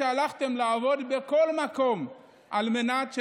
שהלכתן לעבוד בכל מקום על מנת שלנו,